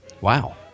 Wow